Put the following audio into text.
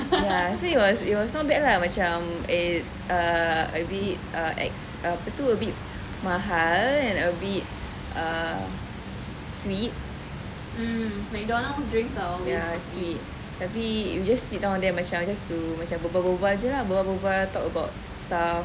ya so it was it was not bad lah macam it's uh is a bit uh ex apa tu a bit mahal and a bit uh sweet ya sweet tapi just sit down there macam just to berbual-bual jer lah berbual-bual talk about stuff